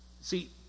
See